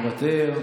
מוותר.